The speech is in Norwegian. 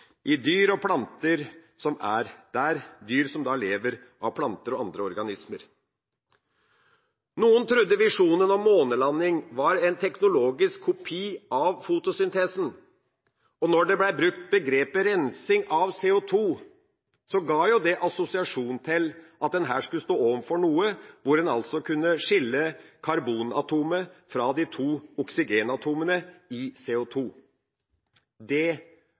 i dyr og planter som er der, dyr som lever av planter og andre organismer. Noen trodde visjonen om månelanding var en teknologisk kopi av fotosyntesen, og når det ble brukt begrepet «rensing av CO2», ga jo det assosiasjon til at en her skulle stå overfor noe hvor en altså kunne skille karbonatomet fra de to oksygenatomene i CO2. Det